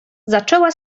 zaczęła